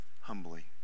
humbly